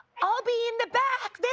i'll be in the back yeah